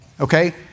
Okay